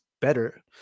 better